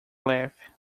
leve